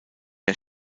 der